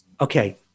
okay